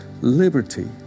liberty